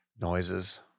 noises